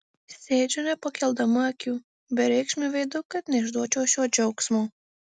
sėdžiu nepakeldama akių bereikšmiu veidu kad neišduočiau šio džiaugsmo